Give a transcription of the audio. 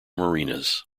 marinas